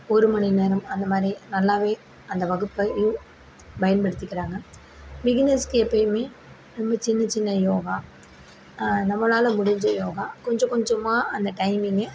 ஒருமணிநேரம் அந்தமாதிரி நல்லாவே அந்த வகுப்பை பயன்படுத்திக்கிறாங்க பிகினர்ஸ்க்கு எப்போயுமே வந்து சின்ன சின்ன யோகா நம்மளால் முடிஞ்ச யோகா கொஞ்சம் கொஞ்சமாக அந்த டைமிங்கு